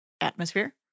atmosphere